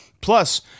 Plus